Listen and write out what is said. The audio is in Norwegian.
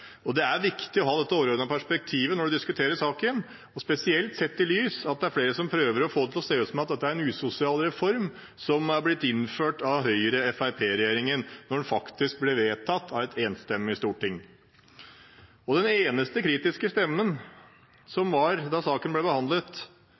og den ble vedtatt av et enstemmig storting i forrige stortingsperiode, i 2011. Det er viktig å ha dette overordnede perspektivet når en diskuterer saken, spesielt sett i lys av at det er flere som prøver å få det til å se ut som om dette er en usosial reform som er blitt innført av Høyre–Fremskrittsparti-regjeringen – når den faktisk ble vedtatt av et enstemmig storting. Den eneste kritiske stemmen som var da saken